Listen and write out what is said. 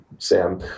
sam